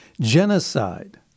genocide